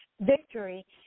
victory